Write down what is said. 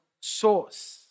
source